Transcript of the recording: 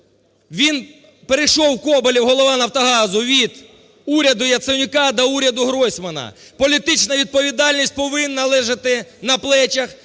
він перейшов Коболєв, голова "Нафтогазу", від уряду Яценюка до уряду Гройсмана. Політична відповідальність повинна лежати на плечах